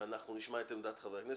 ועכשיו נשמע את עמדת חברי הכנסת.